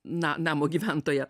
na namo gyventoją